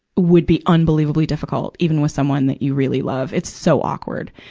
would be unbelievably difficult, even with someone that you really love. it's so awkward.